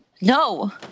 No